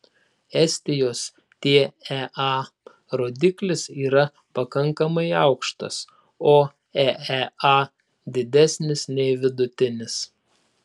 estijos tea rodiklis yra pakankamai aukštas o eea didesnis nei vidutinis